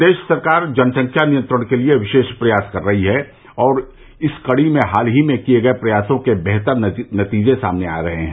प्रदेश सरकार जनसंख्या नियंत्रण के लिए विशेष प्रयास कर रही है और इस कड़ी में हाल ही में किये गये प्रयासों के बेहतर नतीजे सामने आ रहे हैं